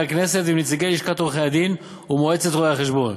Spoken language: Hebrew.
הכנסת ועם נציגי לשכת עורכי-הדין ומועצת רואי-החשבון